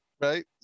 right